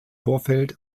vorfeld